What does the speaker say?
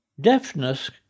Deafness